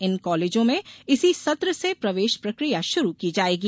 इन कॉलेजों में इसी सत्र से प्रवेश प्रकिया शुरू की जायेगी